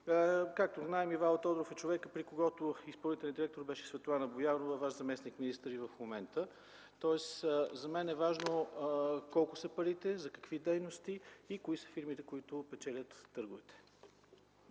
Както знаем, Ивайло Тодоров е човекът, при когото изпълнителен директор беше Светлана Боянова – Ваш заместник-министър и в момента. За мен е важно: колко са парите, за какви дейности и кои са фирмите, които печелят търговете?